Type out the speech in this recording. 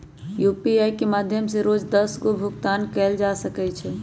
UPI के माध्यम से रोज दस गो भुगतान कयल जा सकइ छइ